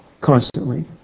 Constantly